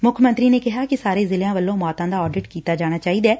ਮੁੱਖ ਮੰਤਰੀ ਨੇ ਕਿਹਾ ਕਿ ਸਾਰੇ ਜ਼ਿਲ੍ਸਿਆ ਵੱਲੋ ਮੌਤਾ ਦਾ ਆਡਿਟ ਕੀਤਾ ਜਾਣਾ ਚਾਹੀਦਾ ਐ